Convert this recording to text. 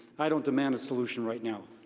i don't demand a solution right now.